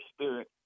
spirit